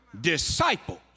Disciples